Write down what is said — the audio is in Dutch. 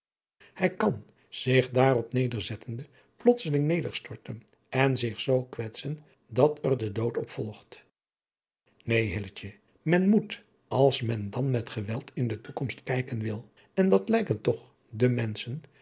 hij kan zich daarop nederzettende plotseling neêrstorten en zich zoo kwetsen dat er de dood op volgt neen hilletje men moet als men dan met geweld in de toekomst kijken wil en dat lijken toch dé menschen